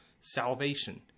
salvation